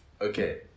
Okay